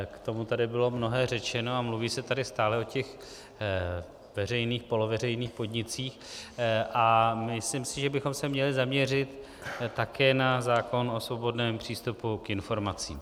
K tomu tady bylo mnohé řečeno a mluví se tady stále o těch veřejných, poloveřejných podnicích a myslím si, že bychom se také měli zaměřit také na zákon o svobodném přístupu k informacím.